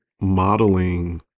modeling